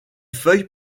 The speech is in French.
feuilles